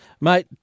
Mate